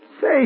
Say